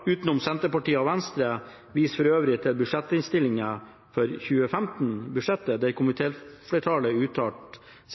utenom Senterpartiet og Venstre, viser for øvrig til budsjettinnstillingen for 2015, der